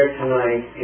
tonight